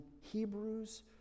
Hebrews